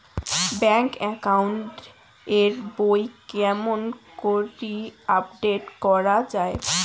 Bank account এর বই কেমন করি আপডেট করা য়ায়?